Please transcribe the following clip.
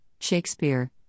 Shakespeare